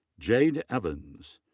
jade evans.